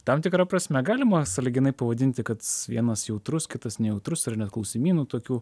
tam tikra prasme galima sąlyginai pavadinti kad vienas jautrus kitas nejautrus ar ne klausimynų tokių